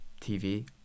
TV